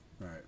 right